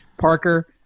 Parker